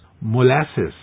molasses